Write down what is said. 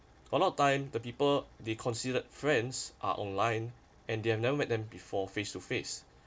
a lot of time the people they considered friends are online and they have never met them before face to face